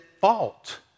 fault